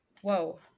Whoa